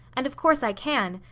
and of course i can.